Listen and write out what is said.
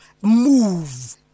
Move